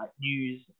news